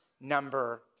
number